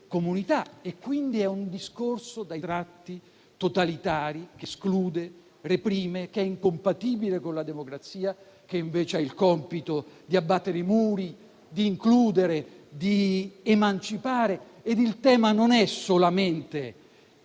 comunità. Quindi, è un discorso dai tratti totalitari. che esclude, reprime, che è incompatibile con la democrazia, che invece ha il compito di abbattere i muri, di includere ed emancipare. Il tema non è solamente